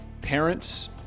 parents